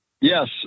Yes